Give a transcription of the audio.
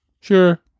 Sure